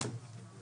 11:25.